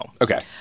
Okay